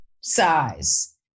size